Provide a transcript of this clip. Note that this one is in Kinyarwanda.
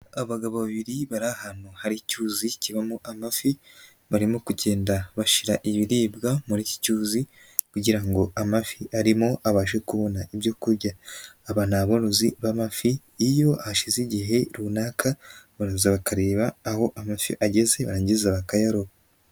Abagabo babiri bari ahantu hari icyuzi kibamo amafi, barimo kugenda bashira ibiribwa muri iki cyuzi kugira ngo amafi arimo abashe kubona ibyo kurya, aba ni aborozi b'amafi iyo hashize igihe runaka baraza bakareba aho amafi ageze barangiza bakayaroba.